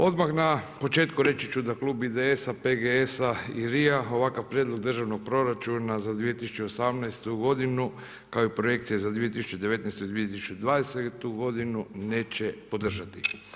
Odmah na početku reći ću da Klub IDS-a PGS-a i LRI-a ovakav prijedlog državnog proračuna za 2018. godinu kao i projekcije za 2019. i 2020. godinu neće podržati.